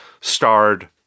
starred